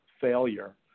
failure